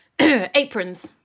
Aprons